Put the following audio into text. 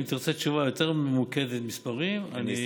אם תרצה תשובה יותר ממוקדת במספרים אני,